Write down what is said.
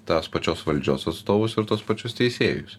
tas pačios valdžios atstovus ir tuos pačius teisėjus